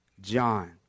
John